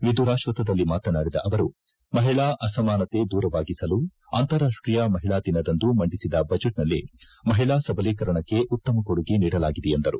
ವಿದುರಾಶ್ವತ್ಥದಲ್ಲಿ ಮಾತನಾಡಿದ ಅವರು ಮಹಿಳಾ ಅಸಮಾನತೆ ದೂರವಾಗಿಸಲು ಅಂತಾರಾಷ್ಟೀಯ ಮಹಿಳಾ ದಿನದಂದು ಮಂಡಿಸಿದ ಬಜೆಟ್ನಲ್ಲಿ ಮಹಿಳಾ ಸಬಲೀಕರಣಕ್ಕೆ ಉತ್ತಮ ಕೊಡುಗೆ ನೀಡಲಾಗಿದೆ ಎಂದು ಡಾ